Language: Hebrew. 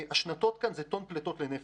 השנתות כאן מראות טון פליטות לנפש.